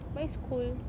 but it's cool